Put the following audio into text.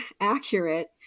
accurate